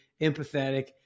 empathetic